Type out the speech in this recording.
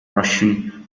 russian